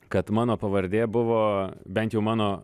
kad mano pavardė buvo bent jau mano